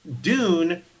Dune